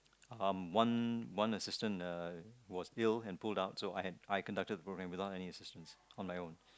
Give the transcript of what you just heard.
um one one assistant uh was ill and pulled out so I had I conducted the programme without any assistance on my own